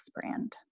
brand